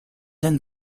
than